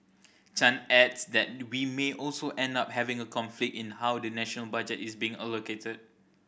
Chan adds that we may also end up having a conflict in how the national budget is being allocated